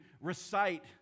recite